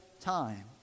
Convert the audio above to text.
time